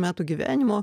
metų gyvenimo